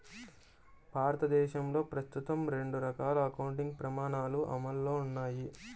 భారతదేశంలో ప్రస్తుతం రెండు రకాల అకౌంటింగ్ ప్రమాణాలు అమల్లో ఉన్నాయి